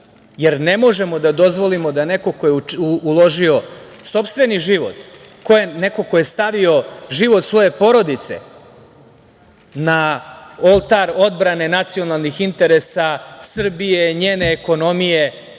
jer ne možemo da dozvolimo da neko ko je uložio sopstveni život, neko ko je stavio život svoje porodice na oltar odbrane nacionalnih interesa Srbije, njene ekonomije,